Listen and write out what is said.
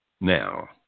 now